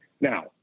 Now